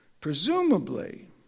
presumably